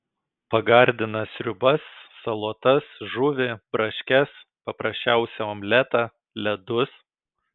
pagardina sriubas salotas žuvį braškes paprasčiausią omletą ledus